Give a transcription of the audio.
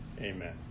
Amen